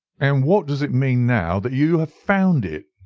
and what does it mean now that you have found it?